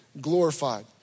glorified